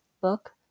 book